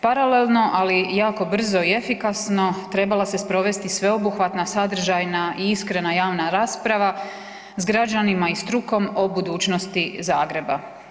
Paralelno, ali jako brzo i efikasno, trebala se sprovesti sveobuhvatna, sadržajna i iskrena javna rasprava s građanima i strukom o budućnosti Zagreba.